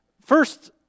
First